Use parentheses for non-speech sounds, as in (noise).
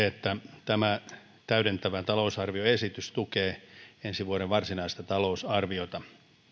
(unintelligible) että tämä täydentävä talousarvioesitys tukee ensi vuoden varsinaista talousarviota